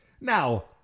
Now